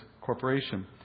corporation